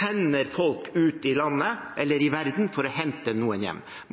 Man